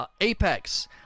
Apex